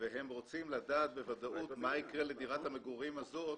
הם רוצים לדעת בוודאות מה יקרה לדירת המגורים הזאת